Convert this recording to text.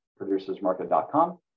producersmarket.com